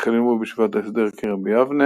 איז'ביצא ראדזין,